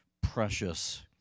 precious